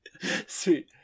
Sweet